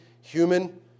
human